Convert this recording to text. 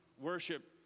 Worship